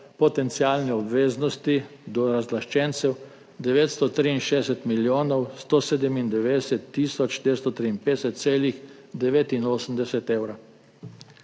potencialne obveznosti do razlaščencev 963 milijonov 197 tisoč 453,89 evrov.